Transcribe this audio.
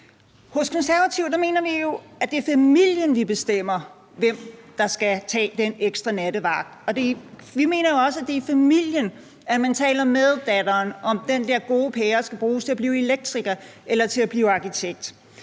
Hos Konservative mener vi jo, at det er i familien, man bestemmer, hvem der skal tage den ekstra nattevagt, og vi mener også, at det er i familien, man taler med datteren om, om den der gode pære skal bruges til at blive elektriker eller til at blive arkitekt.